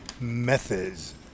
methods